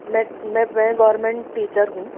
मैं मैं मैं गोवर्मेंट टीचर हूँ